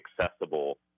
accessible